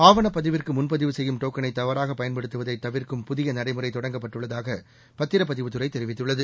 ஆவணப் பதிவிற்கு முன்பதிவு செய்யும் டோக்கனை தவறாக பயன்படுத்துவதை தவிர்க்கும் புதிய நடைமுறை தொடங்கப்பட்டுள்ளதாக பத்திர பதிவுத் துறை தெரிவித்துள்ளது